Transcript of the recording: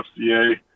FCA